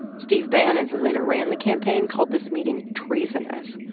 steve bannon, who later ran the campaign, called this meeting treasonous.